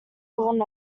gone